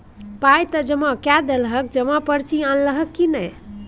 पाय त जमा कए देलहक जमा पर्ची अनलहक की नै